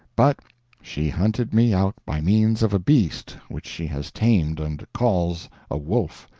but she hunted me out by means of a beast which she has tamed and calls a wolf,